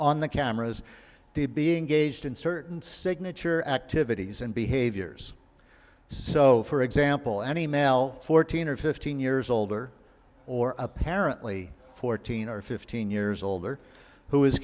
on the cameras being gauged in certain signature activities and behaviors so for example an e mail fourteen or fifteen years older or apparently fourteen or fifteen years old or who is